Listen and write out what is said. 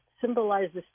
symbolizes